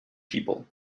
people